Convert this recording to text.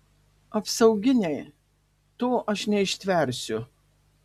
apsauginiai to aš neištversiu